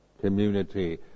community